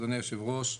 אדוני היושב ראש,